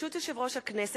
ברשות יושב-ראש הכנסת,